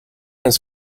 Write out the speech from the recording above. his